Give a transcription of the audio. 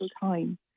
time